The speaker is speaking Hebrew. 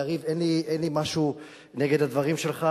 יריב, אין לי משהו נגד הדברים שלך.